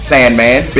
Sandman